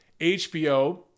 HBO